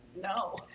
No